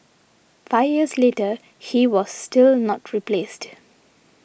five years later he was still not replaced